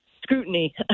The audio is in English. scrutiny